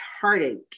heartache